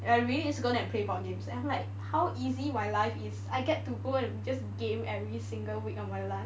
and is really go there and play board games and I'm like how easy my life is I get to go and just game every single week of my life